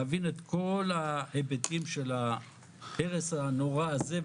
להבין את כל ההיבטים של ההרס הנורא הזה,